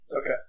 okay